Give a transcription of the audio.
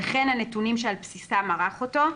וכן הנתונים שעל בסיסם ערך אותו.